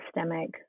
systemic